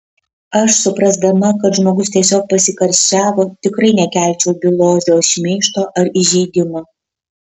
aš suprasdama kad žmogus tiesiog pasikarščiavo tikrai nekelčiau bylos dėl šmeižto ar įžeidimo